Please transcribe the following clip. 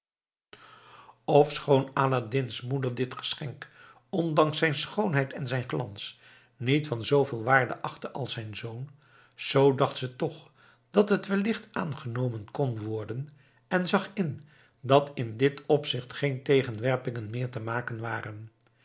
ofschoon aladdin's moeder dit geschenk ondanks zijn schoonheid en zijn glans niet van zooveel waarde achtte als haar zoon zoo dacht ze toch dat het wellicht aangenomen kon worden en zag in dat in dit opzicht geen tegenwerpingen meer te maken waren